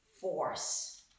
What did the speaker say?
force